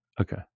Okay